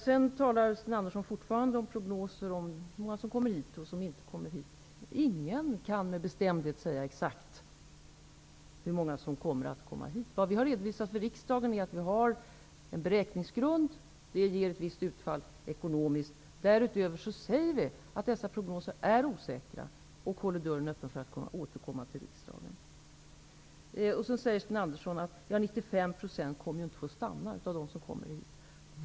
Sedan talar Sten Andersson fortfarande om prognoser, om hur många som kommer hit och hur många som inte kommer hit. Ingen kan med bestämdhet säga exakt hur många som kommer att komma hit. Vad vi har redovisat för riksdagen är att vi har en beräkningsgrund som ger ett visst utfall ekonomiskt. Därutöver säger vi att dessa prognoser är osäkra och att vi håller dörren öppen för att återkomma till riksdagen. Sten Andersson säger att 95 % av dem som kommer hit inte kommer att få stanna.